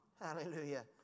Hallelujah